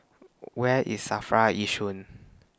Where IS SAFRA Yishun